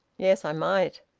yes, i might.